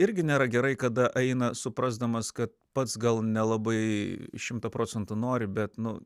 irgi nėra gerai kada eina suprasdamas kad pats gal nelabai šimtą procentų nori bet nu